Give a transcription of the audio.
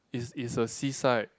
is is a sea side